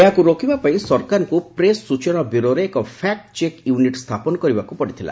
ଏହାକୁ ରୋକିବା ପାଇଁ ସରକାରଙ୍କୁ ପ୍ରେସ୍ ସ୍ରଚନା ବ୍ୟୁରୋରେ ଏକ ଫ୍ୟାକ୍ ଚେକ୍ ୟୁନିଟି ସ୍ଥାପନ କରିବାକୁ ପଡ଼ିଥିଲା